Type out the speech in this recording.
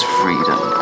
freedom